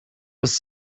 was